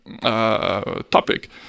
topic